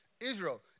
Israel